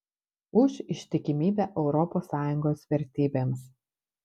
už ištikimybę europos sąjungos vertybėms